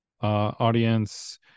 Audience